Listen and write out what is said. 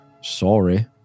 sorry